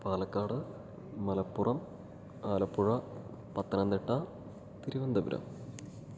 Palakkad Malappuram Alappuzha Pathanamthitta Thiruvananthapuram